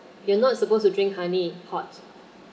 you're not supposed to drink honey hot